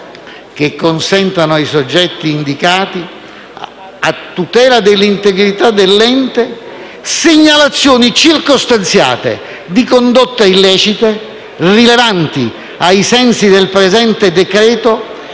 che consentano ai soggetti indicati (…), a tutela dell'integrità dell'ente, segnalazioni circostanziate di condotte illecite, rilevanti ai sensi del presente decreto